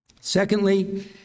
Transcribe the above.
Secondly